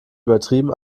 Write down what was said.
übertrieben